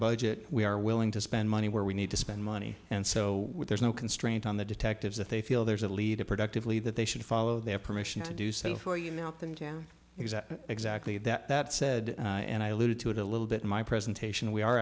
budget we are willing to spend money where we need to spend money and so there's no constraint on the detectives if they feel there's a lead to productively that they should follow their permission to do so for you melt them down exactly that that said and i leave it to it a little bit in my presentation we are